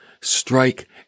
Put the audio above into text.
strike